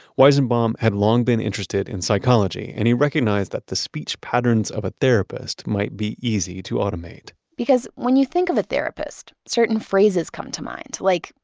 weizenbaum had long been interested in psychology and he recognized that the speech patterns of a therapist might be easy to automate because when you think of a therapist, certain phrases come to mind like,